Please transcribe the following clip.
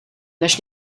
než